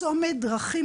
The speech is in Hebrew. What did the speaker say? צומת דרכים,